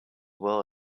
well